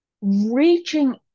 reaching